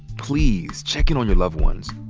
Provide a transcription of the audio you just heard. please check in on your loved ones.